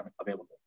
available